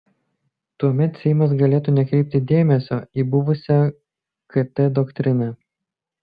tuomet seimas galėtų nekreipti dėmesio į buvusią kt doktriną